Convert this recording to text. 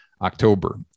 October